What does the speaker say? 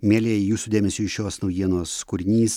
mielieji jūsų dėmesiui šios naujienos kūrinys